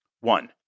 One